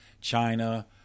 China